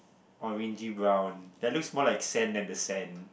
orangy brown that looks more like the sand than the sand